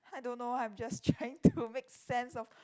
I don't know I'm just trying to make sense of